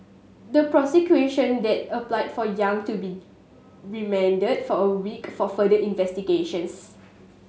the prosecution applied for Yang to be remanded for a week for further investigations